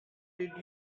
did